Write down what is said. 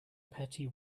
petty